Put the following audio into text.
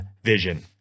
Vision